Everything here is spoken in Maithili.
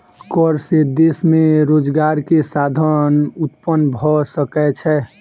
कर से देश में रोजगार के साधन उत्पन्न भ सकै छै